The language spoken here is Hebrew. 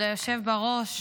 כבוד היושב בראש,